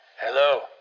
Hello